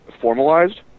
formalized